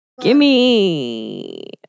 Gimme